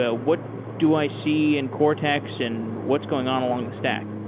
ah what do i see in cortex and what's going on along the stack?